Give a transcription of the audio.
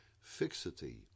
fixity